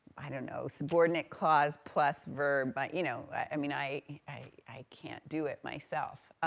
i don't know, subordinate clause, plus verb, but you know, i mean, i, i can't do it, myself.